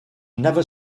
never